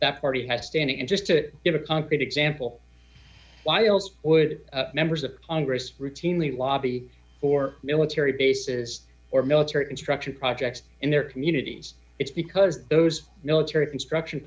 that party has standing interest to give a concrete example why else would members of congress routinely lobby for military bases or military construction projects in their communities it's because those military construction